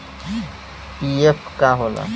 PF का होला?